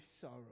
sorrow